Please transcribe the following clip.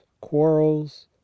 quarrels